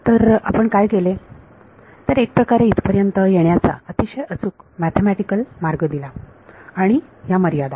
तर आपण काय केले तर एक प्रकारे इथपर्यंत येण्याचा अतिशय अचूक मॅथेमॅटिकल मार्ग दिला आणि ह्या मर्यादा